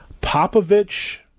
Popovich